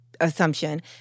assumption